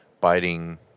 biting